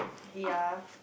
ya